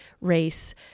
race